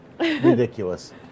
Ridiculous